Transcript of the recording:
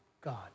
God